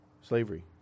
slavery